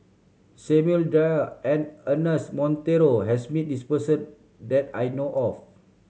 Samuel Dyer and Ernest Monteiro has met this person that I know of